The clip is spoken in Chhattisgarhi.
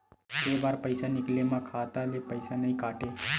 के बार पईसा निकले मा खाता ले पईसा नई काटे?